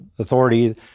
authority